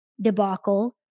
debacle